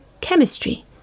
chemistry